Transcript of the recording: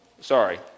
sorry